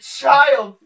child